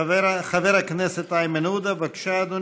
חבר הכנסת איימן עודה, בבקשה, אדוני,